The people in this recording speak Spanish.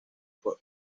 por